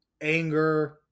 anger